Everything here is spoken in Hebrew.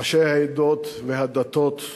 ראשי העדות והדתות כולם,